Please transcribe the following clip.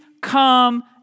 come